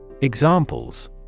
Examples